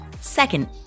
Second